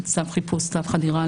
צו חדירה,